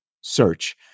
search